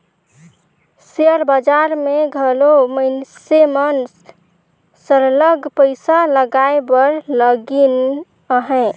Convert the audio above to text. share बजार में घलो मइनसे मन सरलग पइसा लगाए बर लगिन अहें